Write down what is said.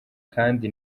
kandi